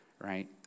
Right